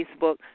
Facebook